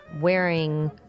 wearing